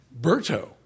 Berto